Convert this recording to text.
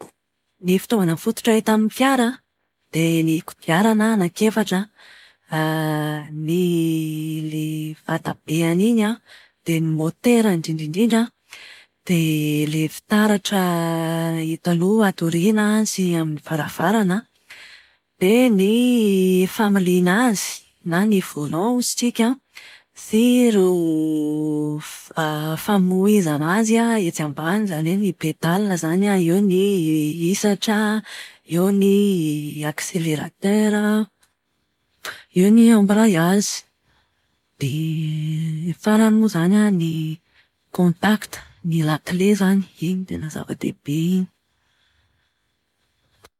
Ny fitaovana fototra hita amin'ny fiara an, dia ny kodiarana anaky efatra, ny ilay vatabeany iny an, dia ny motera indrindra indrindra. Dia ilay fitaratra eto aloha ato aoriana sy amin'ny varavarana an, dia ny familiana azy nan y volant hozy tsika an, sy ireo famoizana azy an, etsy ambany izany hoe ny pedales izany an, eo ny hisatra, eo ny akseleratera, eo ny ambraiazy. Dia ny farany moa izany an, ny kontakita, ny lakile izany. Iny tena zava-dehibe iny.